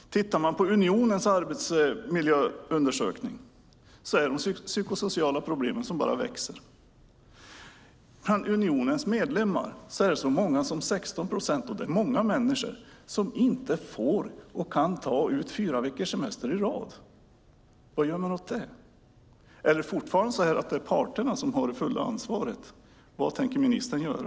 Tittar man på Unionens arbetsmiljöundersökning är det de psykosociala problemen som växer. Bland Unionens medlemmar är det så mycket som 16 procent, och det är många människor, som inte får och kan ta ut fyra veckors semester i rad. Vad gör man åt det? Har parterna fortfarande det fulla ansvaret? Vad tänker ministern göra?